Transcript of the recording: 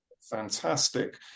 fantastic